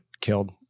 killed